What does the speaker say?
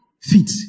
feet